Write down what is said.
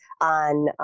on